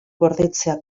gordetzea